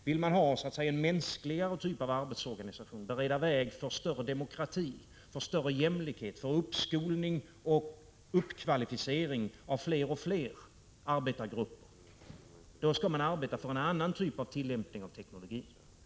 Vill man ha en mänskligare typ av arbetsorganisation, bredda vägen för större demokrati, för större jämlikhet, för uppskolning och uppkvalificering av fler och fler arbetargrupper, skall man arbeta för en annan typ av tillämpning av teknologin.